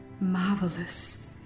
Marvelous